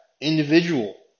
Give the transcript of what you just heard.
individual